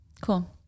Cool